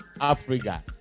Africa